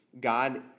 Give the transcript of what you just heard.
God